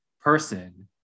person